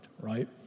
right